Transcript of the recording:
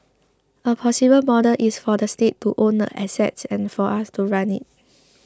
a possible model is for the state to own the assets and for us to run it